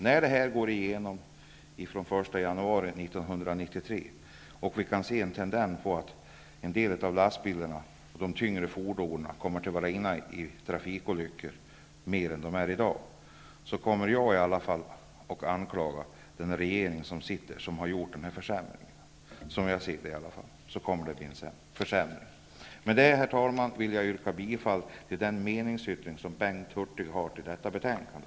När detta går igenom, den 1 januari 1993, och vi kan se en tendens till att de tyngre fordonen är inblandade i trafikolyckor i större utsträckning än i dag, kommer jag att anklaga den regering som har gjort denna försämring. Som jag ser det kommer det att bli en försämring. Herr talman! Med detta vill jag yrka bifall till den meningsyttring som Bengt Hurtig har avgett till detta betänkande.